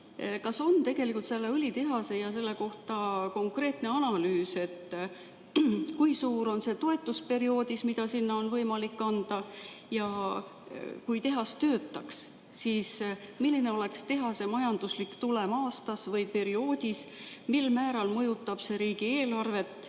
Kas on tegelikult selle õlitehase kohta tehtud konkreetne analüüs? Kui suur on see toetus, mida sinna on võimalik anda? Kui tehas töötaks, siis milline oleks tehase majanduslik tulem aastas või mingil perioodil, mil määral mõjutab see riigieelarvet